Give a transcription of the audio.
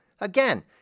Again